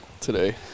today